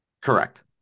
Correct